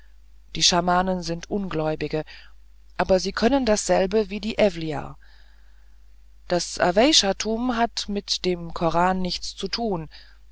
die schamanen sind ungläubige aber sie können dasselbe wie die ewliah das aweyshatum hat mit dem koran nichts zu tun